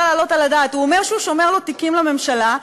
להעלות על הדעת: הוא אומר שהוא שומר לו תיקים בממשלה.